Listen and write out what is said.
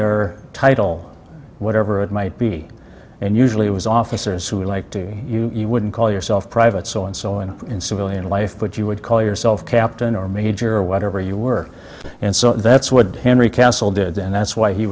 their title whatever it might be and usually it was officers who were like to you you wouldn't call yourself private so and so and in civilian life but you would call yourself captain or major or whatever you were and so that's what henry castle did and that's why he